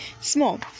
small